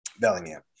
Bellingham